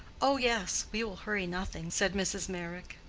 oh, yes we will hurry nothing, said mrs. meyrick.